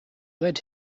led